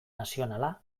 nazionala